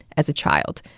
as a child.